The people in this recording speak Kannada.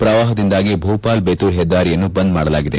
ಪ್ರವಾಹದಿಂದಾಗಿ ಭೂಪಾಲ್ ಬೆತುಲ್ ಹೆದ್ದಾರಿಯನ್ನು ಬಂದ್ ಮಾಡಲಾಗಿದೆ